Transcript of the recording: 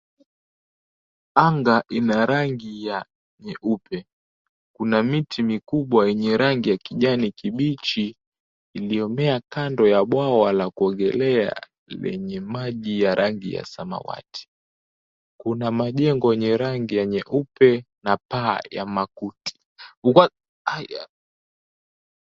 Anga ina rangi ya nyeupe. Kuna miti mikubwa yenye rangi ya kijani kibichi iliyomea kando ya bwawa la kuogelea lenye maji ya rangi ya samawati. Kuna majengo yenye rangi ya nyeupe na paa ya makuti.